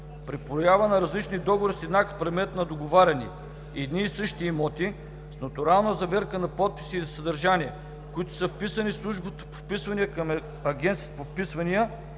при поява на различни договори с еднакъв предмет на договаряне – едни и същи имоти с нотариална заверка на подписи и съдържание, които са вписани в службите по вписванията към Агенцията по вписванията,